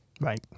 Right